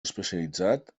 especialitzat